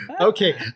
Okay